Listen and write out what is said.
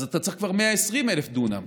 אז אתה צריך כבר 120,000 דונם